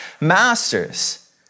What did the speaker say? masters